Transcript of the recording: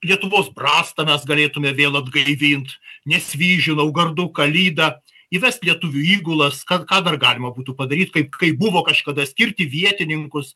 lietuvos brastą mes galėtume vėl atgaivint nesvyžių naugarduką lydą įvest lietuvių įgulas kad ką dar galima būtų padaryt kaip kai buvo kažkada skirti vietininkus